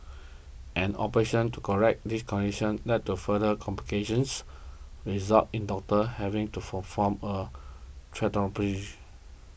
an operation to correct this condition led to further complications result in doctors having to perform a